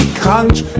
crunch